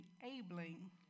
enabling